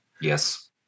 Yes